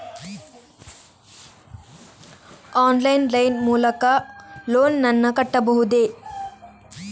Online line ಮೂಲಕ loan ನನ್ನ ಕಟ್ಟಬಹುದೇ?